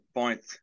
point